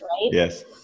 yes